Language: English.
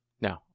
No